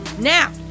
Now